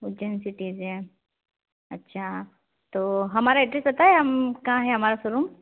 Ujjain city से अच्छा हमारा एड्रैस पता है कहाँ है हमारा सोरूम